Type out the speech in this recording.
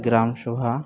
ᱜᱨᱟᱢᱥᱚᱵᱷᱟ